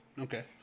okay